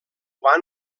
van